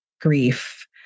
grief